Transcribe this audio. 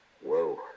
Whoa